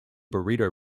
burrito